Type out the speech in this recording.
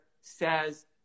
says